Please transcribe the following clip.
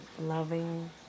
loving